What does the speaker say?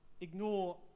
ignore